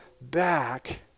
back